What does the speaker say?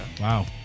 Wow